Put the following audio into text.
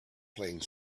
playing